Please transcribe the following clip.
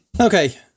Okay